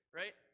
right